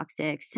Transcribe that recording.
Toxics